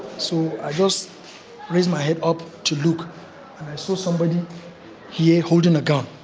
so i just raised my head up to look and i saw somebody here holding a gun.